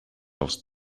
els